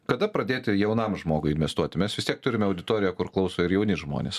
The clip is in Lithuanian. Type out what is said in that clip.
kada pradėti jaunam žmogui investuoti mes vis tiek turime auditoriją kur klauso ir jauni žmonės